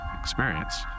experience